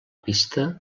pista